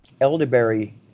elderberry